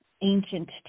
ancient